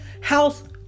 house